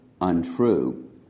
untrue